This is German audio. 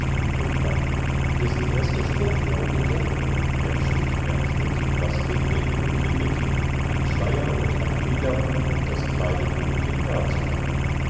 töchtern dessen erste strophe lautete herr schmidt herr schmidt was kriegt denn julchen mit ein schleier und ein federhut das kleidet julchen gar zu gut